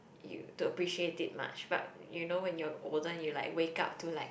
you to appreciate it much but you know when you're older and you like wake up to like